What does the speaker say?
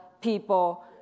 people